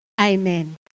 Amen